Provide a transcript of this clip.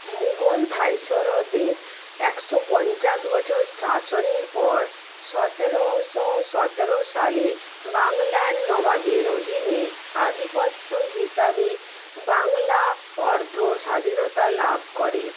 মুঘল ভাইসরয়দের একশো পঞ্চাশ বছর শাসনের পর সতেরোশো সতেরো সালে বাংলার নবাবের অধীনে আধিপত্য হিসাবে বাংলা অর্ধ স্বাধীনতা লাভ করে